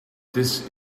this